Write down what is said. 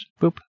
Boop